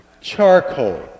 charcoal